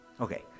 Okay